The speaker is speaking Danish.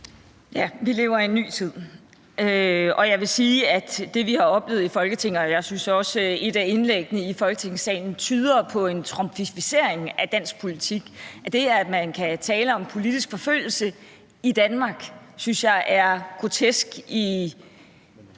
Ja, vi lever i en ny tid, og jeg vil sige, at det, vi har oplevet i Folketinget – og også, synes jeg, i et af indlæggene i Folketingssalen – tyder på en trumpificering af dansk politik. Det, at man kan tale om politisk forfølgelse i Danmark, synes jeg er grotesk –